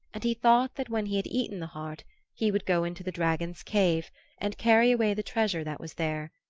and he thought that when he had eaten the heart he would go into the dragon's cave and carry away the treasure that was there,